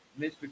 Mr